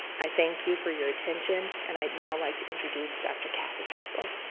i thank you for your attention, and i'd now like to introduce dr. kathy hassell.